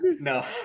no